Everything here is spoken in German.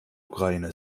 ukraine